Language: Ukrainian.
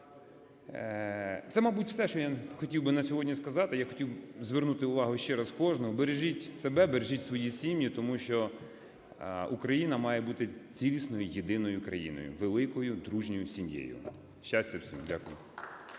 Це, мабуть, все, що я хотів би на сьогодні сказати. Я хотів звернути увагу ще раз кожного: бережіть себе, бережіть свої сім'ї. Тому що Україна має бути цілісною, єдиною країною, великою дружньою сім'єю. Щастя всім! Дякую.